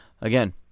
again